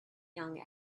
young